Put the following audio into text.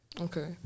Okay